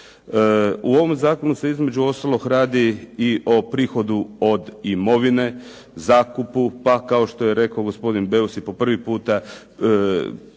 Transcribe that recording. U ovom zakonu se između ostalog radi i o prihodu od mirovine, zakupu, pa kao što je rekao gospodin Beus i po prvi puta